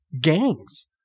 gangs